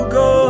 go